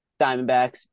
Diamondbacks